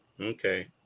Okay